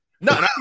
No